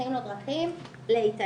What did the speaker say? בדרכים לא דרכים, גם לאיתנים.